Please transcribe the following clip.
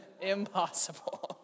Impossible